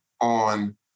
on